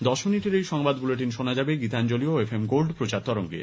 দশ মিনিটের এই সংবাদ বুলেটিন শোনা যাবে গীতাঞ্জলি ও এফ এম গোল্ড প্রচার তরঙ্গে